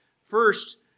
First